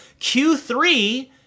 Q3